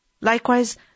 Likewise